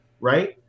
Right